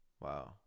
Wow